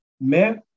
Mais